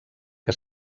que